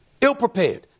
Ill-prepared